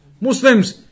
Muslims